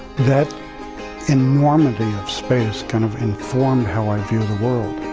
that enormity of space kind of informed how i view the world.